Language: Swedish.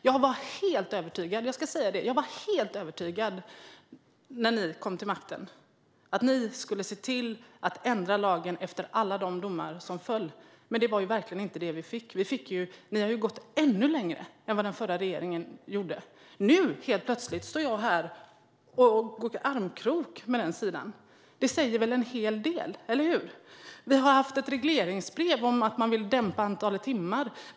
Jag ska säga att jag när ni kom till makten var helt övertygad om att ni skulle se till att ändra lagen efter alla de domar som föll. Men det var verkligen inte det vi fick. Ni har ju gått ännu längre än vad den förra regeringen gjorde. Nu står jag plötsligt här och går i armkrok med den andra sidan. Det säger väl en hel del - eller hur? Vi har haft ett regleringsbrev om att man vill dämpa antalet timmar.